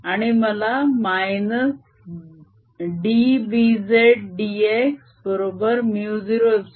आणि मला -dBzdx बरोबर μ0ε0dEydt मिळेल